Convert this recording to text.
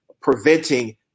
preventing